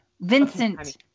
vincent